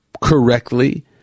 correctly